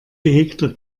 gehegter